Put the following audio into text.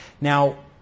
Now